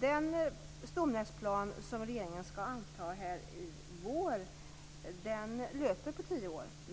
Den stomnätsplan som regeringen skall anta i vår löper på tio år.